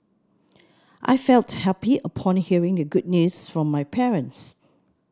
I felt happy upon hearing the good news from my parents